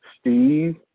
Steve